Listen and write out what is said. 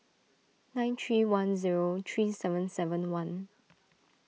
nine three one zero three seven seven one